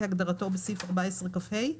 כהגדרתו בסעיף 14 כה.